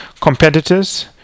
competitors